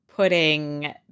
putting